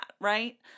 right